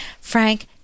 Frank